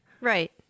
Right